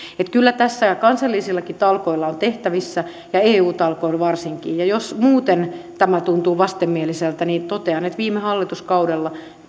kyllä tässä kansallisillakin talkoilla on on tehtävissä ja eu talkoilla varsinkin ja jos muuten tämä tuntuu vastenmieliseltä niin totean että viime hallituskaudella